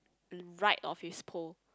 right of his pole